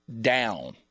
down